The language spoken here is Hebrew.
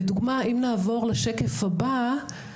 לדוגמה, אם נעבור לשקף הבא,